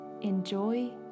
enjoy